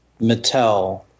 Mattel